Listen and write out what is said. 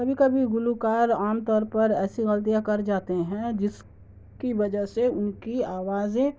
کبھی کبھی گلوکار عام طور پر ایسی غلطیاں کر جاتے ہیں جس کی وجہ سے ان کی آوازیں